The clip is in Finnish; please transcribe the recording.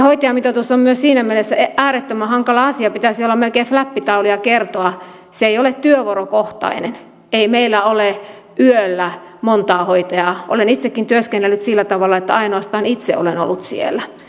hoitajamitoitus on myös siinä mielessä äärettömän hankala asia pitäisi olla melkein fläppitaulu ja kertoa että se ei ole työvuorokohtainen ei meillä ole yöllä monta hoitajaa olen itsekin työskennellyt sillä tavalla että ainoastaan itse olen ollut siellä